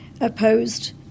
opposed